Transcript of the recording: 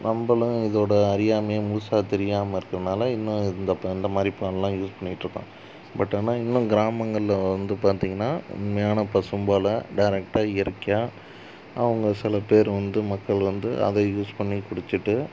நம்மளும் இதோடய அறியாமையை முழுசா தெரியாமல் இருக்கிறனால இன்னும் இந்த ப இந்த மாதிரி பாலெல்லாம் யூஸ் பண்ணிக்கிட்டிருக்கோம் பட் ஆனால் இன்னும் கிராமங்களில் வந்து பார்த்தீங்கன்னா உண்மையான பசும்பாலை டைரக்டாக இயற்கையாக அவங்க சில பேர் வந்து மக்கள் வந்து அதை யூஸ் பண்ணி குடிச்சுட்டு